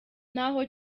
n’aho